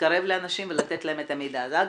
להתקרב לאנשים ולתת להם את המידע הזה.